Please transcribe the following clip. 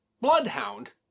bloodhound